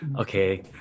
okay